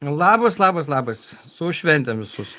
labas labas labas su šventėm visus